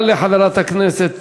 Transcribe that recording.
תודה לחברת הכנסת